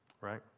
right